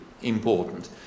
important